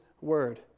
word